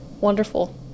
Wonderful